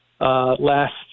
last